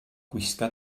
gwisga